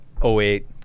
08